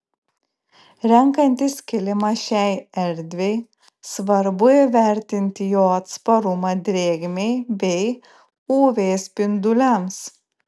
renkantis kilimą šiai erdvei svarbu įvertinti jo atsparumą drėgmei bei uv spinduliams